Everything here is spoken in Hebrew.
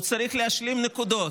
הוא צריך להשלים נקודות.